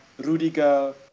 Rudiger